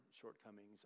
shortcomings